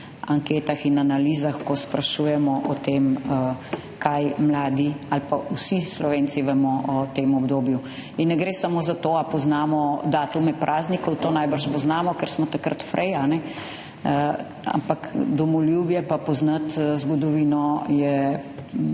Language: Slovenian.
anketah in analizah, ko sprašujemo o tem, kaj mladi ali pa vsi Slovenci vemo o tem obdobju. Ne gre samo za to, ali poznamo datume praznikov, to najbrž poznamo, ker smo takrat prosti, ampak domoljubje pa poznati zgodovino je